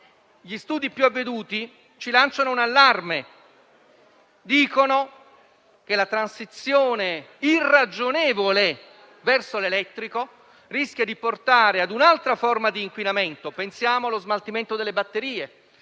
gli studi più avveduti ci lanciano un allarme, segnalando che la transizione irragionevole verso l'elettrico rischia di portare a un'altra forma di inquinamento. Pensiamo allo smaltimento delle batterie